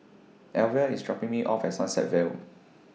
Elvia IS dropping Me off At Sunset Vale